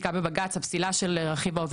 3,000 שלא קיבלו את כספיהם,